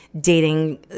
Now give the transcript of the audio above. dating